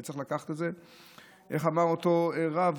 איך אמר אותו רב?